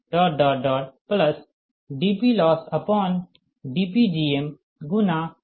तो dPLossdKdPLossdPg2dP2dKdPLossdPg3dP3dKdPLossdPg4dP4dKdPLossdPgmdPmdK